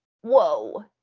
whoa